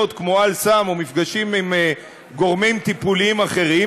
כמו "אל-סם" או מפגשים עם גורמים טיפוליים אחרים,